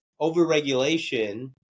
overregulation